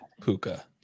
Puka